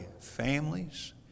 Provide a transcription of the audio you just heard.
families